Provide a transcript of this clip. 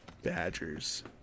Badgers